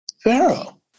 Pharaoh